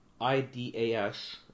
I-D-A-S